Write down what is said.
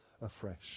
afresh